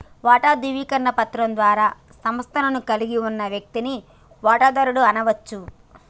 వాటా ధృవీకరణ పత్రం ద్వారా సంస్థను కలిగి ఉన్న వ్యక్తిని వాటాదారుడు అనచ్చు